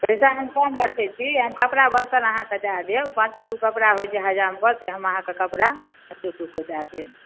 पैसा हम कम गछैत छी हम कपड़ा बर्तन अहाँके दए देब पाँचोटुक कपड़ा होइत छै हजामके से हम अहाँकेँ कपड़ा शुभ शुभ कऽ दए देब